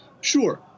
Sure